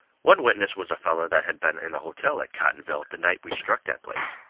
one witness was a feller that had been in the hotel at cottonville the night we struck that place.